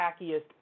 hackiest